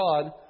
God